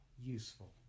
Useful